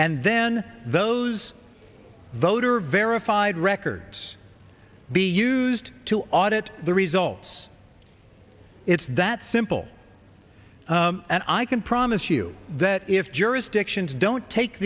and then those voter verified records be used to audit the results it's that simple and i can promise you that if jurisdictions don't take